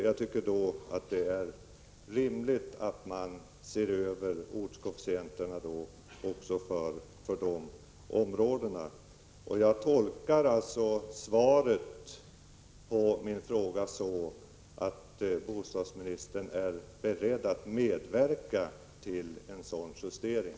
Jag tycker således att det är rimligt att man ser över ortskoefficienten också för andra områden, Jag tolkar svaret på min fråga så, att bostadsministern är beredd att medverka till en sådan justering.